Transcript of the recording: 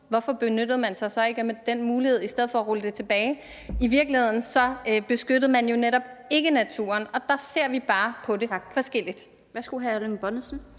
hvorfor benyttede man sig så ikke af den mulighed i stedet for at rulle det tilbage? I virkeligheden beskyttede man jo netop ikke naturen, og der ser vi bare forskelligt